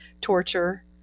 torture